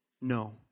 no